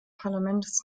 parlaments